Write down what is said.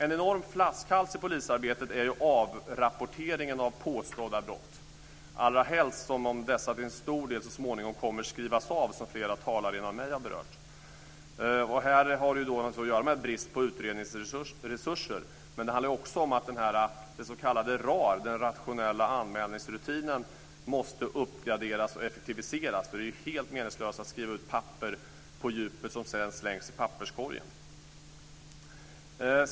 En enorm flaskhals i polisarbetet är avrapporteringen av påstådda brott, allra helst som de så småningom till stor del kommer att skrivas av - som flera talare innan mig har berört. Det här har naturligtvis att göra med brist på utredningsresurser. Det handlar också om att den s.k. RAR, den rationella anmälningsrutinen, måste uppgraderas och effektiviseras. Det är helt meningslöst att skriva ut papper på "djupet" som sedan slängs i papperskorgen.